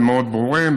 הם מאוד ברורים,